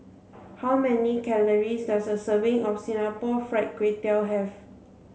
how many calories does a serving of Singapore fried Kway Tiao have